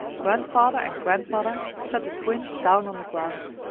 grandfather and grandmother set the twins down on the ground.